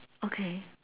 okay